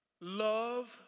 Love